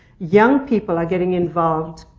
young people are getting involved.